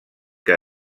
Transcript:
que